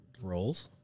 roles